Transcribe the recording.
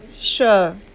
sure